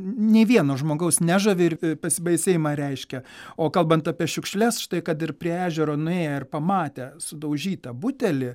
nei vieno žmogaus nežavi ir pasibaisėjimą reiškia o kalbant apie šiukšles štai kad ir prie ežero nuėję ir pamatę sudaužytą butelį